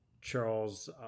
charles